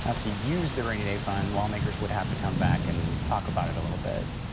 and to use the rainy day fund, lawmakers would have to come back and talk about it a little bit.